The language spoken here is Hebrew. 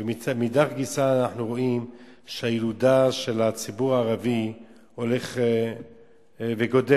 ומאידך גיסא אנחנו רואים שהילודה של הציבור הערבי הולכת וגדלה,